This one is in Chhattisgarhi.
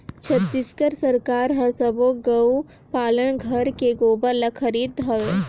छत्तीसगढ़ सरकार हर सबो गउ पालन घर के गोबर ल खरीदत हवे